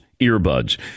earbuds